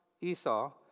Esau